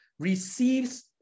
receives